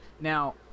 now